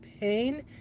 pain